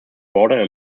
border